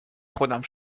خود